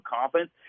confidence